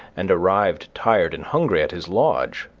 and arrived tired and hungry at his lodge,